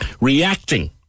reacting